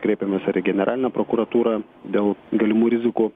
kreipėmės ir į generalinę prokuratūrą dėl galimų rizikų